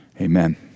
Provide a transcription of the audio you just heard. amen